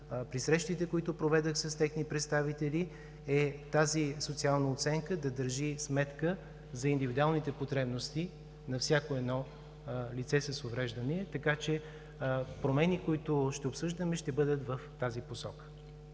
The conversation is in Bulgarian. при срещите, които проведох с техни представители, е тази социална оценка да държи сметка за индивидуалните потребности на всяко едно лице с увреждане. Така че промените, които ще обсъждаме, ще бъдат в тази посока.